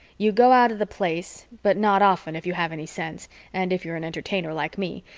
you go out of the place, but not often if you have any sense and if you are an entertainer like me,